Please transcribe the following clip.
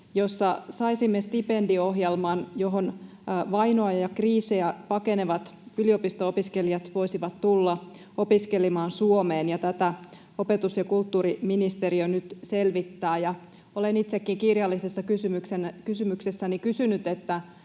jossa saisimme stipendiohjelman, johon vainoa ja kriisejä pakenevat yliopisto-opiskelijat voisivat tulla opiskelemaan Suomeen, ja tätä opetus- ja kulttuuriministeriö nyt selvittää. Olen itsekin kirjallisessa kysymyksessäni kysynyt,